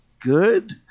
good